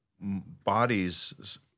bodies